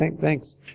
thanks